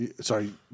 Sorry